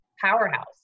powerhouse